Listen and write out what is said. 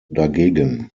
dagegen